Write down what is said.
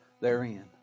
therein